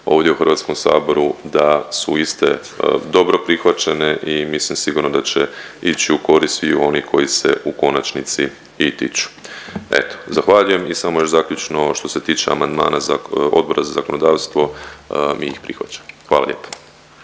ovdje u HS-u, da su iste dobro prihvaćene i mislim, sigurno da će ići u korist sviju onih koji se u konačnici i tiču. Eto. Zahvaljujem i samo još zaključno, ovo što se tiče amandman Odbora za zakonodavstvo, mi ih prihvaćamo. Hvala lijepo.